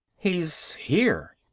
he's here!